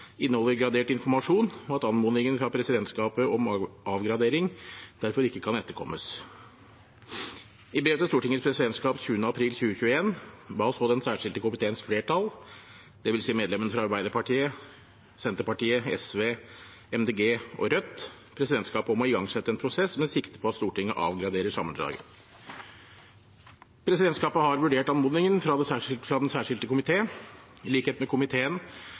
inneholder gradert informasjon, og at anmodningen fra presidentskapet om avgradering derfor ikke kan etterkommes. I brev til Stortingets presidentskap 20. april 2021 ba så den særskilte komiteens flertall, det vil si medlemmene fra Arbeiderpartiet, Senterpartiet, Sosialistisk Venstreparti, Miljøpartiet De Grønne og Rødt, presidentskapet om å igangsette en prosess med sikte på at Stortinget avgraderer sammendraget. Presidentskapet har vurdert anmodningen fra den særskilte komité. I likhet med komiteen